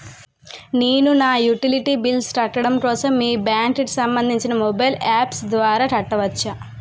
నేను నా utility bills కట్టడం కోసం మీ బ్యాంక్ కి సంబందించిన మొబైల్ అప్స్ ద్వారా కట్టవచ్చా?